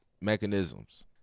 mechanisms